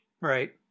Right